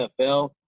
NFL